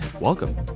welcome